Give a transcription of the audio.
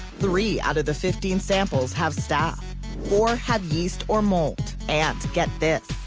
three out of the fifteen samples have staph or have yeast or mould. and, get this?